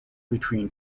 between